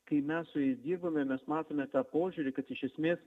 kai mes su jais dirbame mes matome tą požiūrį kad iš esmės